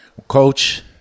coach